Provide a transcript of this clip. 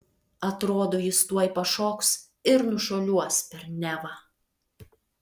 atrodo jis tuoj pašoks ir nušuoliuos per nevą